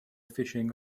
fishing